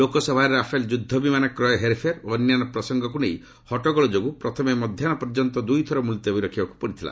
ଲୋକସଭାରେ ରାଫେଲ ଯୁଦ୍ଧବିମାନ କ୍ରୟ ହେରଫେର ଓ ଅନ୍ୟାନ୍ୟ ପ୍ରସଙ୍ଗକୁ ନେଇ ହଟ୍ଟଗୋଳ ଯୋଗୁଁ ପ୍ରଥମେ ମଧ୍ୟାହ୍ନ ପର୍ଯ୍ୟନ୍ତ ଦୁଇଥର ମୁଲତବୀ ରଖିବାକୁ ପଡ଼ିଥିଲା